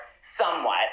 somewhat